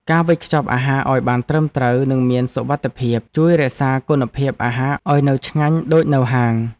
ការវេចខ្ចប់អាហារឱ្យបានត្រឹមត្រូវនិងមានសុវត្ថិភាព ជួយរក្សាគុណភាពអាហារឱ្យនៅឆ្ងាញ់ដូចនៅហាង។